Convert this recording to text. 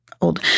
old